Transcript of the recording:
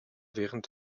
während